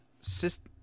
system